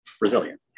resilient